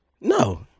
No